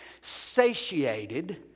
satiated